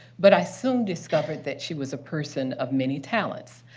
but i soon discovered that she was a person of many talents.